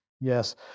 yes